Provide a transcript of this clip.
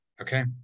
okay